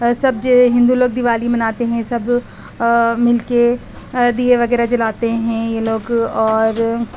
سب جو ہندو لوگ دیوالی مناتے ہیں سب مل کے دیے وغیرہ جلاتے ہیں یہ لوگ اور